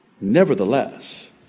Nevertheless